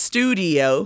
Studio